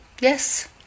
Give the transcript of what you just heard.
yes